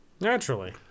naturally